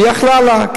ויכלה לה,